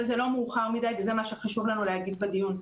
אבל זה לא מ אוחר מדי וזה מה שחשוב לנו להגיד בדיון.